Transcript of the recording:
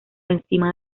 encima